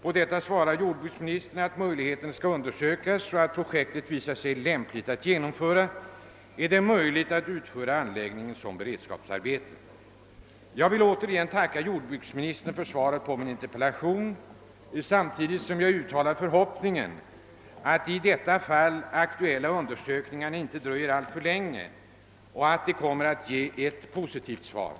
På detta har jordbruksministern svarat att saken skall undersökas, och om projektet visar sig lämpligt och genomförbart det bör vara möjligt att utföra anläggningen som beredskapsarbete. Jag tackar ännu en gång jordbruksministern för svaret och uttalar samtidigt den förhoppningen att de aktuella undersökningarna inte dröjer alltför länge samt att de kommer att ge positivt resultat.